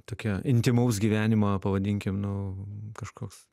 tokia intymaus gyvenimo pavadinkim nu kažkoks